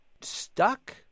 stuck